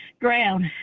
ground